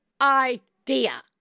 idea